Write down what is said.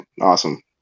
Awesome